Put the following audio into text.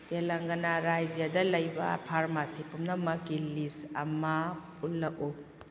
ꯇꯦꯂꯪꯒꯅꯥ ꯔꯥꯖ꯭ꯌꯥꯗ ꯂꯩꯕ ꯐꯥꯔꯃꯥꯁꯤ ꯄꯨꯝꯅꯃꯛꯀꯤ ꯂꯤꯁ ꯑꯃ ꯎꯠꯂꯛꯎ